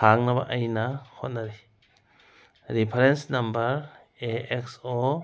ꯍꯥꯡꯅꯕ ꯑꯩꯅ ꯍꯣꯠꯅꯔꯤ reference number A X ꯑꯣ